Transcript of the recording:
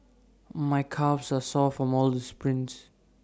my calves are sore from all the sprints